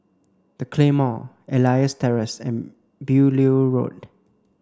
The Claymore Elias Terrace and Beaulieu Road